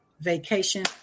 vacation